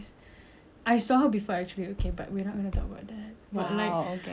but like um she like looked at me she's younger by the way